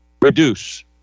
reduce